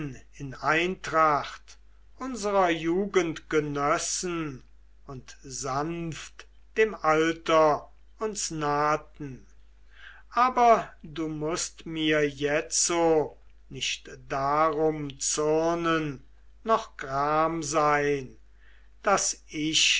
in eintracht unserer jugend genössen und sanft dem alter uns nahten aber du mußt mir jetzo nicht darum zürnen noch gram sein daß ich